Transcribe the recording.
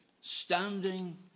Standing